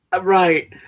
Right